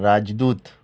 राजदूत